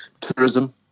tourism